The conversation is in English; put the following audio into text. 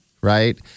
right